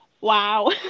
Wow